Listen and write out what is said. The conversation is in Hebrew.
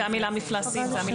המילה היא מפלסים.